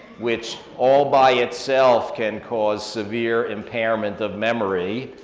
which, all by itself, can cause severe impairment of memory,